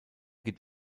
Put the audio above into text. gibt